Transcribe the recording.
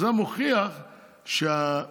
זה מוכיח שגם